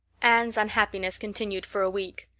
anne's unhappiness continued for a week.